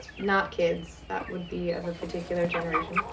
not kids, that would be of a particular generation,